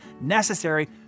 necessary